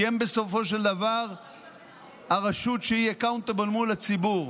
כי בסופו של דבר הן הרשות שהיא accountable מול הציבור.